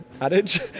adage